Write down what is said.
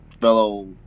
fellow